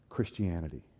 Christianity